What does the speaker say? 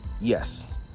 yes